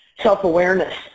self-awareness